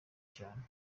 cyane